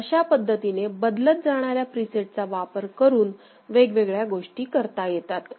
तर अशा पद्धतीने बदलत जाणार्या प्रीसेटचा वापर करून वेगवेगळ्या गोष्टी करता येतात